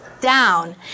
down